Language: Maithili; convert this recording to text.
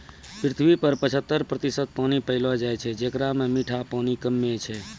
पृथ्वी पर पचहत्तर प्रतिशत पानी पैलो जाय छै, जेकरा म मीठा पानी कम्मे छै